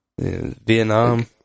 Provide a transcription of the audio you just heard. Vietnam